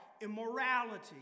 immorality